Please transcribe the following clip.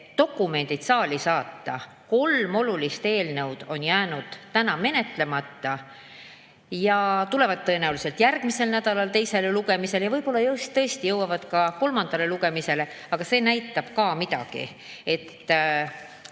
dokumendid saali saata. Kolm olulist eelnõu on jäänud täna menetlemata, need tulevad tõenäoliselt järgmisel nädalal teisele lugemisele ja võib-olla tõesti jõuavad ka kolmandale lugemisele, aga see näitab ka midagi –